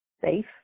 safe